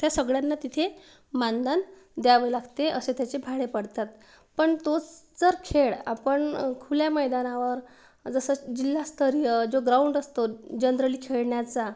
त्या सगळ्यांना तिथे मानधन द्यावं लागते असे त्याचे भाडे पडतात पण तोच जर खेळ आपण खुल्या मैदानावर जसं जिल्हास्तरीय जो ग्राउंड असतो जनरली खेळण्याचा